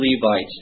Levites